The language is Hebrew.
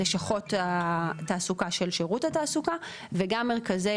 לשכות התעסוקה של שירות התעסוקה וגם מרכזי